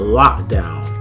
lockdown